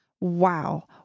Wow